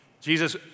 Jesus